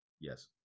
Yes